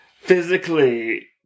physically